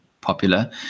popular